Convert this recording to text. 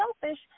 selfish